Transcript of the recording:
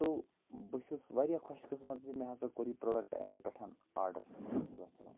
سو بہٕ چھُس واریاہ خۄش قٕسمت زِ مےٚ ہسا کوٚر یہِ پرٛوڈَکٹہٕ اَمے پٮ۪ٹھ آرڈَر وَسَلام